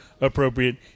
appropriate